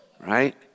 Right